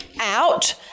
out